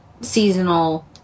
seasonal